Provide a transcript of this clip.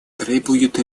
требует